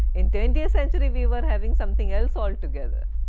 in twentieth century, we were having something else altogether.